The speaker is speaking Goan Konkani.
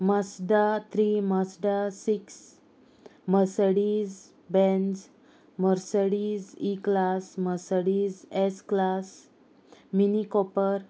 मस्दा three Mazda six Mercedes benz E class Mercedes S class Mini copper